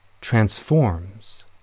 transforms